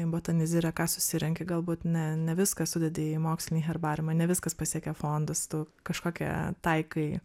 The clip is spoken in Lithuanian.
į botanizirę ką susirenki galbūt ne ne viską sudedi į mokslinį herbariumą ne viskas pasiekia fondus tu kažkokią taikai